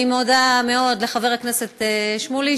אני מודה מאוד לחבר הכנסת שמולי,